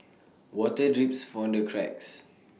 water drips from the cracks